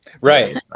Right